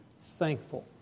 thankful